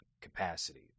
capacity